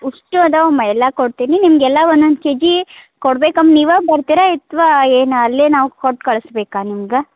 ಅಷ್ಟು ಅದಾವಮ್ಮ ಎಲ್ಲ ಕೊಡ್ತೀನಿ ನಿಮಗೆಲ್ಲ ಒಂದೊಂದ್ ಕೆ ಜಿ ಕೊಡ್ಬೇಕಮ್ಮ ನೀವಾ ಬರ್ತೀರ ಅಥ್ವಾ ಏನು ಅಲ್ಲೇ ನಾವು ಕೊಟ್ಟು ಕಳಿಸ್ಬೇಕ ನಿಮ್ಗೆ